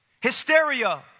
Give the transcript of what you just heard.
Hysteria